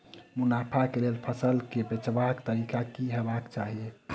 मुनाफा केँ लेल फसल केँ बेचबाक तरीका की हेबाक चाहि?